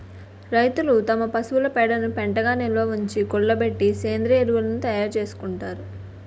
రైతులు తమ పశువుల పేడను పెంటగా నిలవుంచి, కుళ్ళబెట్టి సేంద్రీయ ఎరువును తయారు చేసుకుంటారు